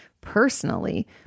personally